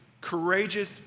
courageous